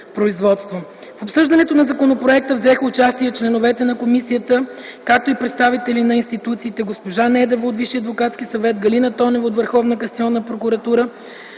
В обсъждането на законопроекта взеха участие членове на комисията, както и представители на институциите - госпожа Недева от Висшия адвокатски съвет, госпожа Тонева от Върховна